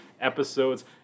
episodes